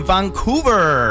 Vancouver